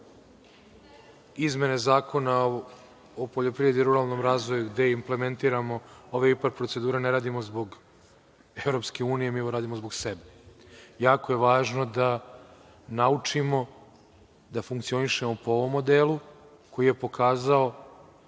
izmene Zakona o poljoprivredi i ruralnom razvoju gde implementiramo ove IPARD procedure, ne radimo zbog EU, mi ovo radimo zbog sebe. Jako je važno da naučimo da funkcionišemo po ovom modelu koji se pokazao